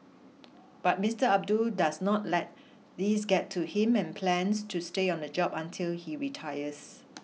but Mister Abdul does not let these get to him and plans to stay on the job until he retires